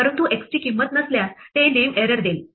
परंतु x ची किंमत नसल्यास ते नेम एरर देईल